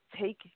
take